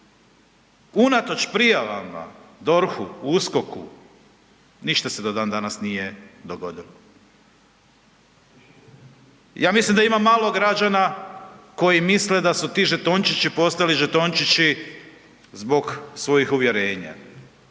unatoč prijava DORH-u, USKOK-u, ništa se do dandanas nije dogodilo. Ja mislim da ima malo građana koji misle da su ti žetončići postali žetončići zbog svojih uvjerenja.